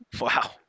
Wow